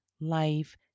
life